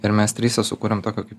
ir mes trise sukūrėm tokią kaip